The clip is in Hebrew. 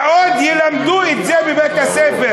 ועוד ילמדו את זה בבית-הספר.